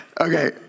Okay